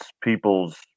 people's